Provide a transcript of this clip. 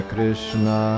Krishna